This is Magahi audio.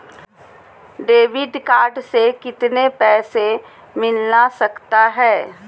डेबिट कार्ड से कितने पैसे मिलना सकता हैं?